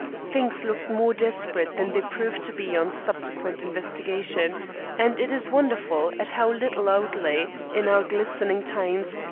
things looked more desperate than they proved to be on subsequent investigation and it is wonderful at how little outlay, in our glistening times,